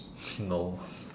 no